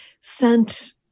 sent